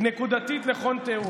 נקודתית על כל טיעון.